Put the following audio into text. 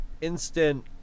instant